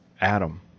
adam